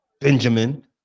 Benjamin